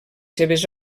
seves